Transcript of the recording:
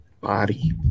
body